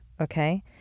okay